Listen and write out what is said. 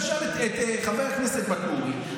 תשאל את חבר הכנסת ואטורי,